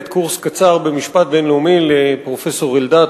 קורס קצר במשפט בין-לאומי לפרופסור אלדד,